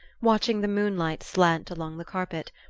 watching the moonlight slant along the carpet,